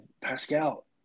Pascal